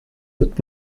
wird